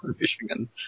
Michigan